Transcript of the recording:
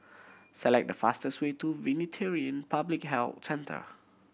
select the fastest way to Veterinary Public Health Centre